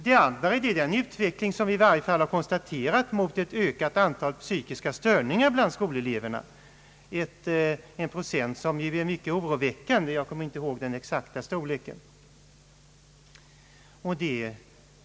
En annan fråga är den utveckling som vi har kunnat konstatera mot ett ökat antal psykiska störningar bland skoleleverna, en procentsats som är mycket oroväckande; jag kommer inte ihåg den exakta storleken.